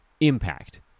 impact